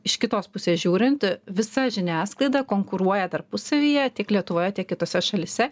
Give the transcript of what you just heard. iš kitos pusės žiūrint visa žiniasklaida konkuruoja tarpusavyje tiek lietuvoje tiek kitose šalyse